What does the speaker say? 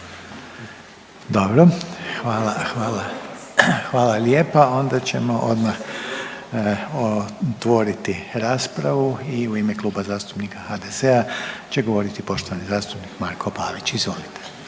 Dobro. Hvala, hvala, hvala lijepa. Onda ćemo odmah otvoriti raspravu i u ime Kluba zastupnika HDZ-a će govoriti poštovani zastupnik Marko Pavić, izvolite.